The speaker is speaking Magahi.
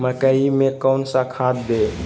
मकई में कौन सा खाद दे?